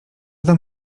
tam